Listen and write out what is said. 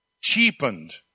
cheapened